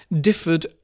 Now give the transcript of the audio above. differed